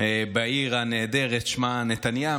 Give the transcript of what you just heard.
בעיר הנהדרת ששמה נתניה,